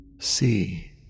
See